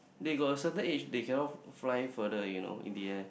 they got certain age they cannot fly further you know in the air